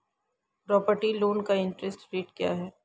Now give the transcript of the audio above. Property loan का interest rate क्या है?